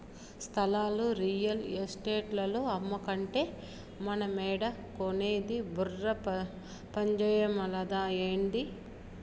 స్థలాలు రియల్ ఎస్టేటోల్లు అమ్మకంటే మనమేడ కొనేది బుర్ర పంజేయటమలా, ఏంది